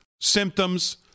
symptoms